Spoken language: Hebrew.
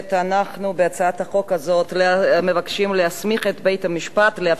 אנחנו בהצעת החוק הזאת מבקשים להסמיך את בית-המשפט לאפשר